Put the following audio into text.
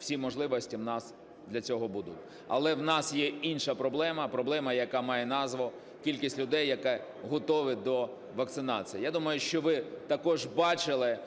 Всі можливості у нас для цього будуть. Але у нас є інша проблема – проблема, яка має назву "кількість людей, які готові до вакцинації". Я думаю, що ви також бачили